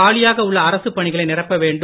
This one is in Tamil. காலியாக உள்ள அரசுப் பணிகள் நிரப்ப பட வேண்டும்